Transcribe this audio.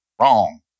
Wrong